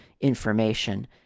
information